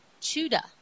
Chuda